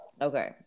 Okay